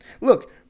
Look